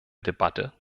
debatte